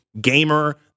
gamer